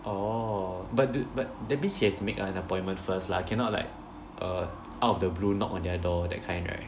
orh but but that means you have to make like an appointment first lah cannot like uh out of the blue knock on their door that kind right